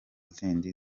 zindi